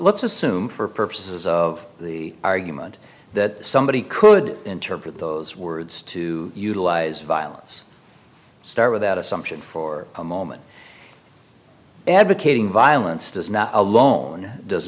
let's assume for purposes of the argument that somebody could interpret those words to utilize violence start with that assumption for a moment advocating violence does not alone does